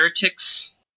Heretics